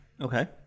Okay